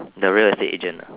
the real estate agent ah